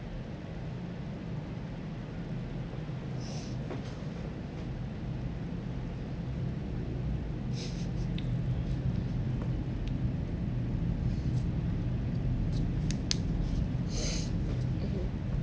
mmhmm